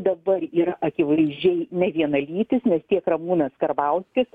dabar yra akivaizdžiai nevienalytis nes tiek ramūnas karbauskis